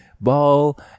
ball